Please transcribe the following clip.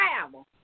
travel